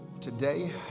Today